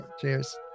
Cheers